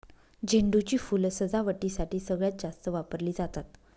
झेंडू ची फुलं सजावटीसाठी सगळ्यात जास्त वापरली जातात